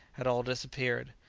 had all disappeared,